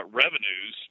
revenues